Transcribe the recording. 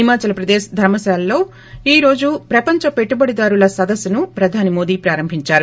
హిమాచల్ ప్రదేశ్ ధర్మ శాలలో ఈ రోజు ప్రపంచ పెట్టుబడుదారుల సదస్సును ప్రధాని నరేంద్ర మోదీ ప్రారంభించారు